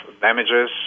damages